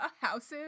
houses